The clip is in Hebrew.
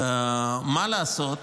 מה לעשות